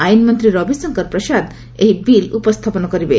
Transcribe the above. ଆଇନ୍ ମନ୍ତ୍ରୀ ରବିଶଙ୍କର ପ୍ରସାଦ ଏହି ବିଲ୍ ଉପସ୍ଥାପନ କରିବେ